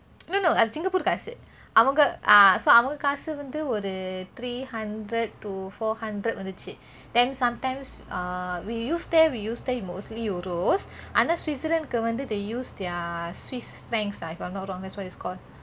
no no அது Singapore காசு:athu singapore kaasu ah so அவங்க காசு வந்து ஒரு:avange kaasu vanthu oru three hundred to four hundred வந்துச்சு:vanthuchu then sometimes uh we use there we use there is mostly euros ஆனா:aanaa switzerland க்கு வந்து:kku vanthu they use their swiss francs ah if I'm not wrong that's what it's called